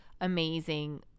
amazing